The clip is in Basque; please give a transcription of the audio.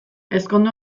ezkondu